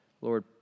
Lord